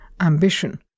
ambition